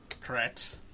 Correct